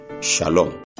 Shalom